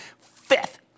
Fifth